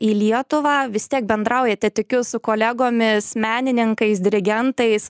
į lietuvą vis tiek bendraujate tikiu su kolegomis menininkais dirigentais